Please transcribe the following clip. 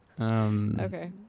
Okay